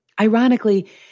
Ironically